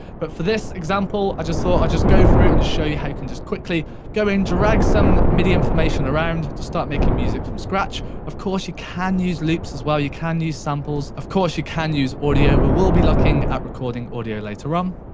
but for this example i just thought i'd just go through it, and show you how you can just quickly go in, drag some midi information around, and just start making music from scratch. of course you can use loops as well, you can use samples, of course you can use audio, we will be looking at recording audio later um